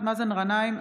אינה נוכחת מאזן גנאים,